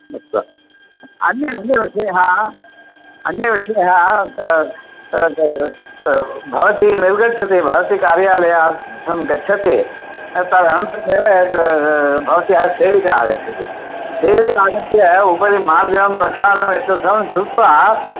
अस्तु अन्यः अन्यः विषयः अन्यविषयः तद भवती रैल् गच्छति वा पि कार्यालयार्थं गच्छति तदनन्तरमेव भवत्याः शेल्ड् आगच्छति शेल्ड् आगत्य उपरि मार्जनं प्रक्षालनं यत् सर्वं कृत्वा